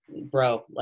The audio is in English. bro